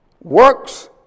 Works